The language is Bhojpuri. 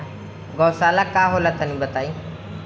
गौवशाला का होला तनी बताई?